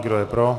Kdo je pro?